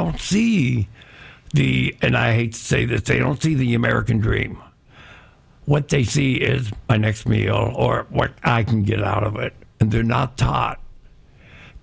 don't see the and i say that they don't see the american dream what they see is next me or what i can get out of it and they're not htat